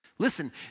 Listen